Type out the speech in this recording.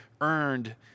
earned